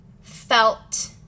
felt